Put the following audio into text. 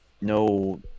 no